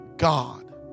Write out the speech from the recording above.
God